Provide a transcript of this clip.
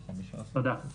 תודה.